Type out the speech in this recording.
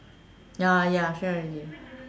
ya ya share already